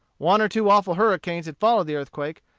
one or two awful hurricanes had followed the earthquake,